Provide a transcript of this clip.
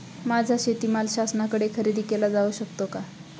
माझा शेतीमाल शासनाकडे खरेदी केला जाऊ शकतो का?